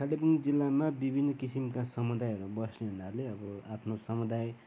कालिम्पोङ जिल्लामा विभिन्न किसिमका समुदायहरू बस्ने हुनाले अब आफ्नो समुदाय